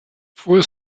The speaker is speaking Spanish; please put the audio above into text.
fue